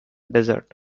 desert